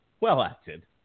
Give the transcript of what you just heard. well-acted